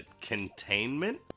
containment